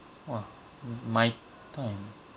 !wah! m~ my time